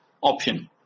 option